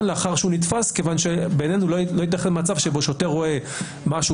לאחר שהוא נתפס כיוון שבעינינו לא יתכן מצב בו שוטר רואה משהו